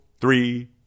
three